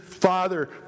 Father